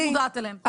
את מודעת אליהם.